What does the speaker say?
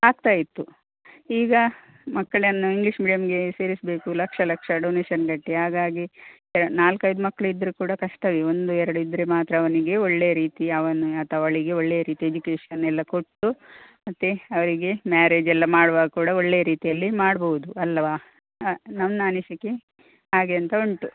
ಆಗ್ತ ಇತ್ತು ಈಗ ಮಕ್ಕಳನ್ನು ಇಂಗ್ಲೀಷ್ ಮೀಡಿಯಮ್ಮಿಗೆ ಸೇರಿಸಬೇಕು ಲಕ್ಷ ಲಕ್ಷ ಡೊನೇಶನ್ ಕಟ್ಟಿ ಹಾಗಾಗಿ ನಾಲ್ಕು ಐದು ಮಕ್ಳು ಇದ್ದರೂ ಕೂಡ ಕಷ್ಟವೇ ಒಂದು ಎರಡು ಇದ್ದರೆ ಮಾತ್ರ ಅವನಿಗೆ ಒಳ್ಳೆಯ ರೀತಿಯ ಅವನು ಅಥವಾ ಅವಳಿಗೆ ಒಳ್ಳೆಯ ರೀತಿಯ ಎಜುಕೇಷನ್ ಎಲ್ಲ ಕೊಟ್ಟು ಮತ್ತು ಅವರಿಗೆ ಮ್ಯಾರೇಜ್ ಎಲ್ಲ ಮಾಡುವಾಗ ಕೂಡ ಒಳ್ಳೆಯ ರೀತಿಯಲ್ಲಿ ಮಾಡ್ಬಹುದು ಅಲ್ಲವಾ ಅ ನನ್ನ ಅನಿಸಿಕೆ ಹಾಗೆ ಅಂತ ಉಂಟು